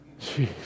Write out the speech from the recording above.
Jeez